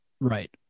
Right